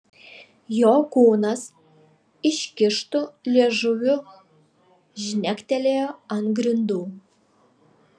jo kūnas iškištu liežuviu žnektelėjo ant grindų